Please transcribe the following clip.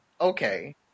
Okay